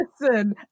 Listen